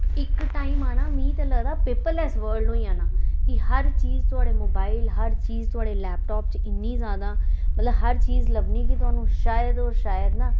इक टाइम आना मि ते लगदा पेपरलैस्स वर्ल्ड होई जाना कि हर चीज थोआड़े मोबाइल हर चीज थोआड़े लैपटाप च इन्नी जैदा मतलब हर चीज लब्भनी कि थोआनू शायद और शायद ना